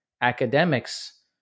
academics